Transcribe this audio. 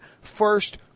first